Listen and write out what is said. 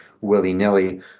willy-nilly